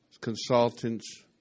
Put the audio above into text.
consultants